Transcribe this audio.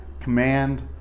command